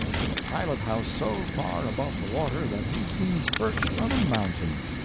with a pilot-house so far above the water that he seemed perched on a mountain.